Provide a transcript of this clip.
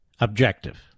objective